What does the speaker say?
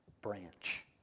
branch